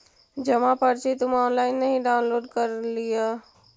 जमा पर्ची तुम ऑनलाइन ही डाउनलोड कर लियह